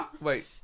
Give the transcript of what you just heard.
Wait